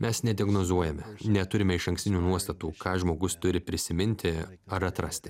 mes nediagnozuojame neturime išankstinių nuostatų ką žmogus turi prisiminti ar atrasti